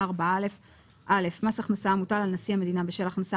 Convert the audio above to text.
4א. (א) מס הכנסה המוטל על נשיא המדינה בשל הכנסה